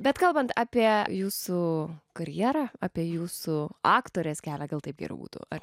bet kalbant apie jūsų karjerą apie jūsų aktorės kelią gal taip geriau būtų ar